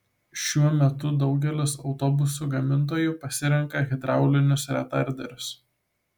šiuo metu daugelis autobusų gamintojų pasirenka hidraulinius retarderius